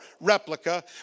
replica